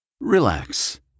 Relax